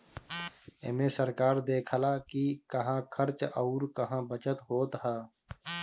एमे सरकार देखऽला कि कहां खर्च अउर कहा बचत होत हअ